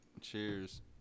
Cheers